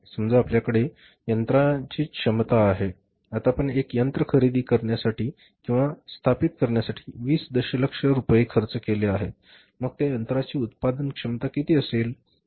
समजा आपल्याकडे यंत्राचीची क्षमता आहे आता आपण एक यंत्र खरेदी करण्यासाठी किंवा एखादी यंत्र स्थापित करण्यासाठी २० दशलक्ष रुपये खर्च केले आहेत मग त्या यंत्राची उत्पादन क्षमता किती असेल